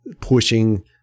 pushing